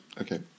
okay